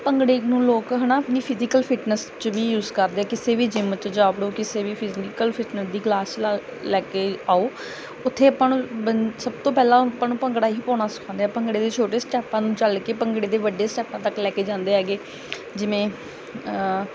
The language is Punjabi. ਭੰਗੜੇ ਨੂੰ ਲੋਕ ਹੈ ਨਾ ਆਪਣੀ ਫਿਜੀਕਲ ਫਿਟਨੈਸ 'ਚ ਵੀ ਯੂਜ ਕਰਦੇ ਕਿਸੇ ਵੀ ਜਿੰਮ 'ਚ ਜਾ ਵੜੋ ਕਿਸੇ ਵੀ ਫਿਜੀਕਲ ਫਿਟਨਰ ਦੀ ਕਲਾਸ ਲਾ ਲੈ ਕੇ ਆਓ ਉੱਥੇ ਆਪਾਂ ਨੂੰ ਸਭ ਤੋਂ ਪਹਿਲਾਂ ਆਪਾਂ ਨੂੰ ਭੰਗੜਾ ਹੀ ਪਾਉਣਾ ਸਿਖਾਉਂਦੇ ਆ ਭੰਗੜੇ ਦੇ ਛੋਟੇ ਸਟੈਪਾਂ ਨੂੰ ਚੱਲ ਕੇ ਭੰਗੜੇ ਦੇ ਵੱਡੇ ਸਟੈਪਾਂ ਤੱਕ ਲੈ ਕੇ ਜਾਂਦੇ ਹੈਗੇ ਜਿਵੇਂ